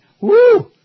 Woo